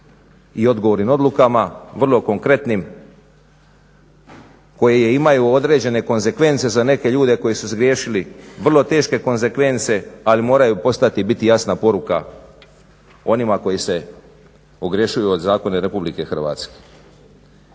i odgovornim odlukama, vrlo konkretnim koje imaj određene konsekvence za neke ljude koji su zgriješili vrlo teške konsekvence ali moraju postati i biti jasna poruka onima koji se ogrešuju od zakone RH.